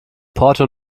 porto